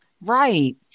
Right